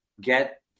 get